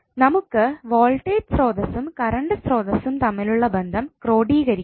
നമുക്ക് വോൾട്ടേജ് സ്രോതസ്സും കറണ്ട് സ്രോതസ്സും തമ്മിലുള്ള ബന്ധം ക്രോഡീകരിക്കാം